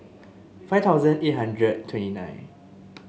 five thousand eight hundred twenty nine